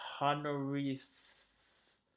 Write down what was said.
Honoris